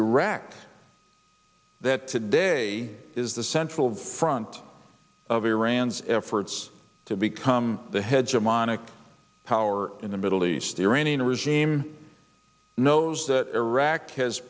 iraq that today is the central front of iran's efforts to become the heads of monic power in the middle east the iranian regime knows that iraq has